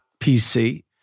PC